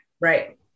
right